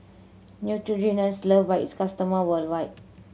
neutrogena is loved by its customer worldwide